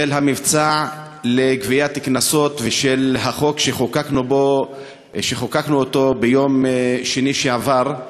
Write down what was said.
של המבצע לגביית קנסות ושל החוק שחוקקנו ביום שני שעבר,